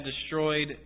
destroyed